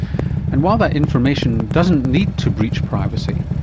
and while that information doesn't need to breach privacy,